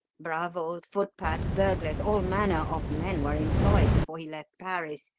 bravos, footpads, burglars all manner of men were employed before he left paris.